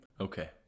Okay